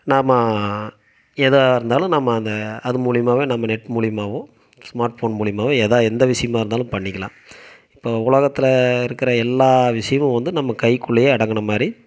நாம் எதா இருந்தாலும் நம்ம அதை அது மூலிமாவோ நம்ம நெட் மூலிமாவோ ஸ்மார்ட்ஃபோன் மூலிமாவோ எதா எந்த விஷயமா இருந்தாலும் பண்ணிக்கலாம் இப்போ உலகத்தில் இருக்கிற எல்லா விஷயமும் வந்து நம்ம கைக்குள்ளேயே அடங்கின மாதிரி